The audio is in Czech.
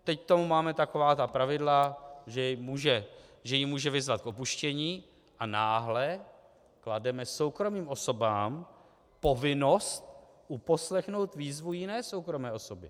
Teď k tomu máme taková ta pravidla, že ji může vyzvat k opuštění, a náhle klademe soukromým osobám povinnost uposlechnout výzvu jiné soukromé osoby.